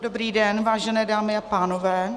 Dobrý den, vážené dámy a pánové.